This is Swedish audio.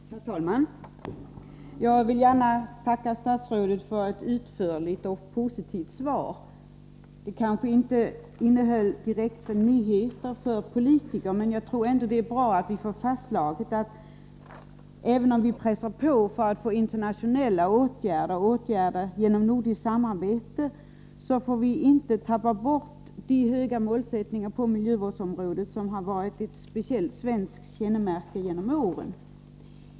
Herr talman! Jag vill gärna tacka statsrådet för ett utförligt och positivt svar. Det innehöll kanske inte direkt nyheter för politiker. Men jag tror ändå att det är bra att det blir fastslaget att även om vi pressar på för att få internationella åtgärder och åtgärder genom nordiskt samarbete, så får vi inte tappa bort den höga målsättning på miljövårdsområdet som har varit ett speciellt svenskt kännemärke genom åren.